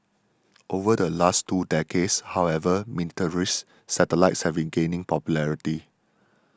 over the last two decades however miniaturised satellites have been gaining popularity